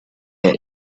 that